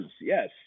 yes